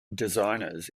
designers